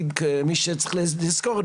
צריך לזכור,